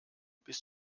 bist